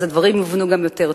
אז הדברים יובנו גם יותר טוב.